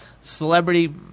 celebrity –